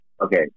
Okay